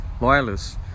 loyalists